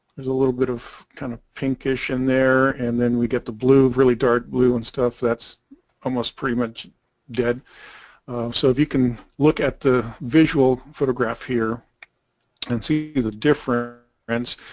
there's a little bit of kind of pinkish in there and then we get the blue really dark blue and stuff that's almost pretty much dead so if you can look at the visual photograph here and see the different friends